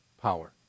power